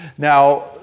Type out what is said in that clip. Now